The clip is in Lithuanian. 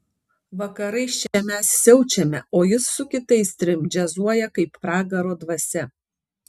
vakarais čia mes siaučiame o jis su kitais trim džiazuoja kaip pragaro dvasia